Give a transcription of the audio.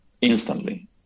instantly